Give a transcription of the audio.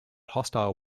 hostile